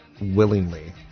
willingly